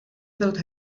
filled